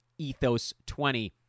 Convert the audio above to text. ethos20